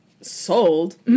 sold